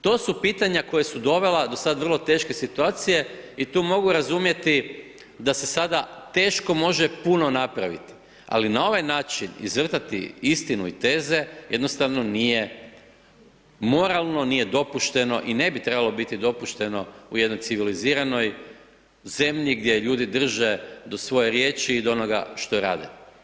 To su pitanja koja su dovela do sad vrlo teške situacije i tu mogu razumjeti da se sada teško može puno napraviti, ali na ovaj način izvrtati istinu i teze, jednostavno nije moralno, nije dopušteno i ne bi trebalo biti dopušteno u jednoj civiliziranoj zemlji gdje ljudi drže do svoje riječi i do onoga što rade.